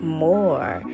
more